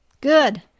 Good